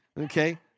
Okay